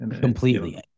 Completely